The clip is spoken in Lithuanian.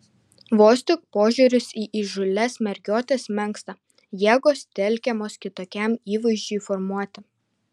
vos tik požiūris į įžūlias mergiotes menksta jėgos telkiamos kitokiam įvaizdžiui formuoti